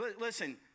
Listen